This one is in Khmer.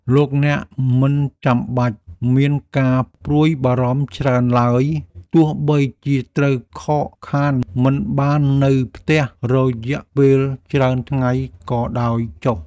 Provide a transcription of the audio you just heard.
លោកអ្នកមិនចាំបាច់មានការព្រួយបារម្ភច្រើនឡើយទោះបីជាត្រូវខកខានមិនបាននៅផ្ទះរយៈពេលច្រើនថ្ងៃក៏ដោយចុះ។